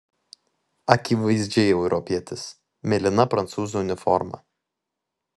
akivaizdžiai europietis mėlyna prancūzų uniforma